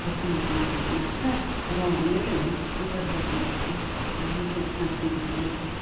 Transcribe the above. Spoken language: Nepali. जस्तो मलाई लागेको लाग्छ र यही हो उत्तर दक्षिण भारतको मुख्य सांस्कृतिक भिन्नताहरू